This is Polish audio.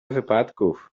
wypadków